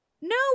No